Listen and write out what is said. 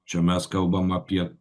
čia mes kalbam apie